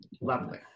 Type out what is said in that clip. Lovely